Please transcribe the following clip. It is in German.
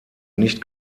nicht